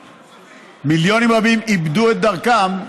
מיליונים רבים איבדו את דרכם.